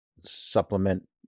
supplement